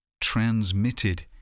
Transmitted